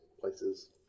places